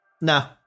No